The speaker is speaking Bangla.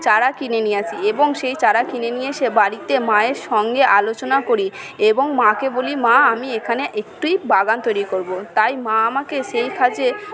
চারা কিনে নিয়ে আসি এবং সেই চারা কিনে নিয়ে এসে বাড়িতে মায়ের সঙ্গে আলোচনা করি এবং মা কে বলি মা আমি এখানে একটুই বাগান তৈরি করবো তাই মা আমাকে সেই কাজে